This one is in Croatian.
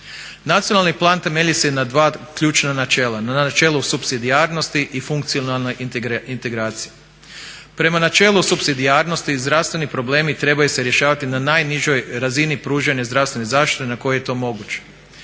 Nacionalni plan temelji se na dva ključna načela, na načelu supsidijarnosti i funkcionalnoj integraciji. Prema načelu supsidijarnosti zdravstveni problemi trebaju se rješavati na najnižoj razini pružanja zdravstvene zaštite na koji je to moguć.